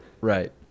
Right